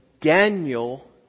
Daniel